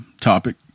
Topic